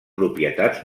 propietats